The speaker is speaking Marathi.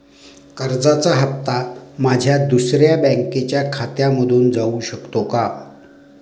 कर्जाचा हप्ता माझ्या दुसऱ्या बँकेच्या खात्यामधून जाऊ शकतो का?